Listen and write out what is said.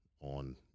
on